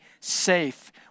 safe